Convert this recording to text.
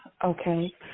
Okay